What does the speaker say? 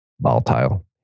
volatile